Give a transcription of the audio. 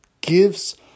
gives